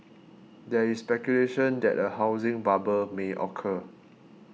there is speculation that a housing bubble may occur